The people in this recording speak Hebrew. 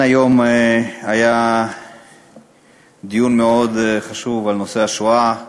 אכן, היום היה דיון מאוד חשוב על נושא השואה.